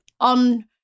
on